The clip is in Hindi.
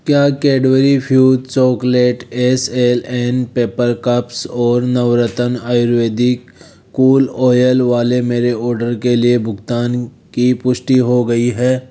क्या Cadbury Fuse chocolate S L N paper cups और नवरत्न आयुर्वेदिक कूल आयल वाले मेरे ऑर्डर के लिए भुगतान की पुष्टि हो गई है